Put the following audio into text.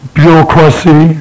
bureaucracy